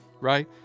right